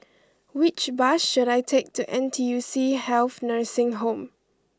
which bus should I take to N T U C Health Nursing Home